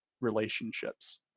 relationships